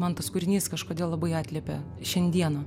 man tas kūrinys kažkodėl labai atliepia šiandieną